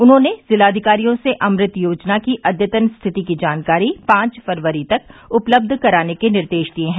उन्होंने जिलाधिकारियों से अमृत योजना की अद्यतन स्थिति की जानकारी पांच फरवरी तक उपलब्ध कराने के निर्देश दिये हैं